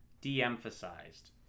de-emphasized